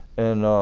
and